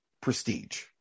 prestige